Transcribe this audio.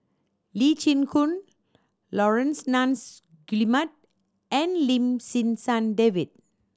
Lee Chin Koon Laurence Nunns Guillemard and Lim Sim San David